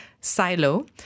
Silo